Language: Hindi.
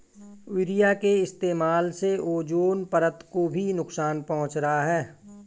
यूरिया के इस्तेमाल से ओजोन परत को भी नुकसान पहुंच रहा है